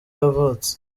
yavutse